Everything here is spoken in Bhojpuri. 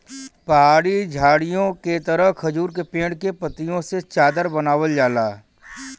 पहाड़ी झाड़ीओ के तरह खजूर के पेड़ के पत्तियों से चादर बनावल जाला